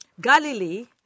Galilee